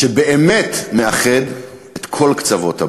שבאמת מאחד את כל קצוות הבית: